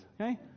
okay